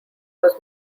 was